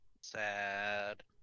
Sad